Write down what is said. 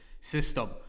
system